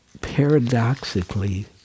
paradoxically